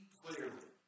clearly